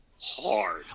hard